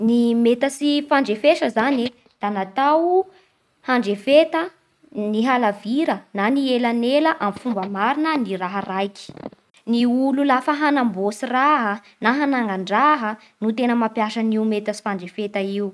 Ny metatsy fandrefesa zany da natao handrefeta ny halavira na ny elanela amin'ny fomba marina ny raha raiky. Ny olo lafa hanamboatsy raha na hananga-draha no tena mampiasa an'io metatsy fandrefeta io.